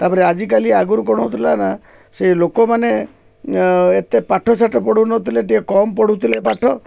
ତାପରେ ଆଜିକାଲି ଆଗରୁ କ'ଣ ହେଉଥିଲା ନା ସେ ଲୋକମାନେ ଏତେ ପାଠସାଠ ପଢ଼ୁନଥିଲେ ଟିକେ କମ୍ ପଢ଼ୁଥିଲେ ପାଠ